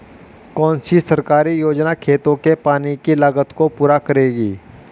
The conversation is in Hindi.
कौन सी सरकारी योजना खेतों के पानी की लागत को पूरा करेगी?